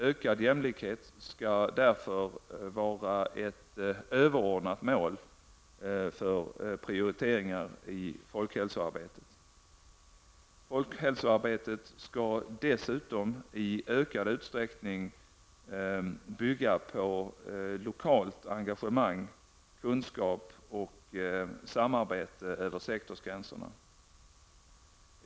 Ökad jämlikhet skall därför vara ett överordnat mål vid prioriteringar i folkhälsoarbetet. Folkhälsoarbetet skall dessutom i ökad utsträckning bygga på lokalt engagemang, kunskap och samarbete över sektorsgränserna.